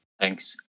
Thanks